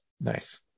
Nice